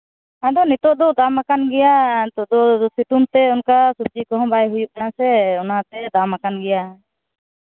ᱟᱫᱚ ᱱᱤᱛᱚᱜ ᱫᱚ ᱫᱟᱢ ᱟᱠᱟᱱ ᱜᱮᱭᱟ ᱱᱤᱛᱚᱜ ᱫᱚ ᱥᱤᱛᱩᱝ ᱛᱮ ᱚᱱᱠᱟ ᱥᱚᱵᱽᱡᱤ ᱠᱚᱦᱚᱸ ᱵᱟᱭ ᱦᱩᱭᱩᱜ ᱠᱟᱱᱟ ᱥᱮ ᱚᱱᱟᱛᱮ ᱫᱟᱢ ᱟᱠᱟᱱ ᱜᱮᱭᱟ